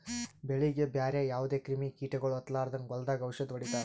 ಬೆಳೀಗಿ ಬ್ಯಾರೆ ಯಾವದೇ ಕ್ರಿಮಿ ಕೀಟಗೊಳ್ ಹತ್ತಲಾರದಂಗ್ ಹೊಲದಾಗ್ ಔಷದ್ ಹೊಡಿತಾರ